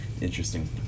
Interesting